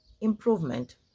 improvement